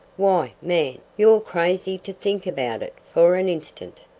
why, man, you're crazy to think about it for an instant.